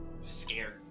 scared